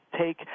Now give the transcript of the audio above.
take